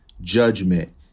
judgment